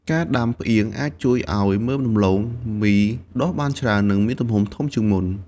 ការដាំផ្អៀងអាចជួយឱ្យមើមដំឡូងមីដុះបានច្រើន និងមានទំហំធំជាងមុន។